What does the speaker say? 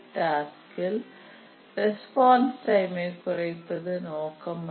task இல் response டைமை குறைப்பது நோக்கம் அல்ல